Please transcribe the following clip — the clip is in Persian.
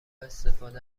استفاده